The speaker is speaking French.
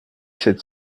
sept